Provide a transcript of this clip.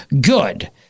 Good